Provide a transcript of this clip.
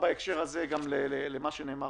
בהקשר הזה אני רוצה לומר גם בהמשך למה שאמרו